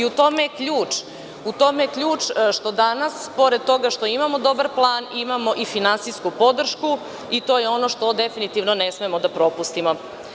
U tome je ključ, što danas pored toga što imamo dobar plan imamo i finansijsku podršku i to je ono što definitivno ne smemo da propustimo.